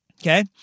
Okay